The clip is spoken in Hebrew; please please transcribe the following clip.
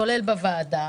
כולל בוועדה,